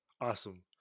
Awesome